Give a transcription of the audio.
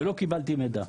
ולא קיבלתי מידע.